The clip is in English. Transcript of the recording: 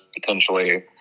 potentially